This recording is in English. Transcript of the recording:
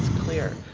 clear.